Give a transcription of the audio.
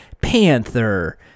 Panther